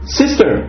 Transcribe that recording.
sister